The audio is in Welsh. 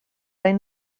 ein